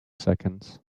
seconds